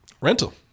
Rental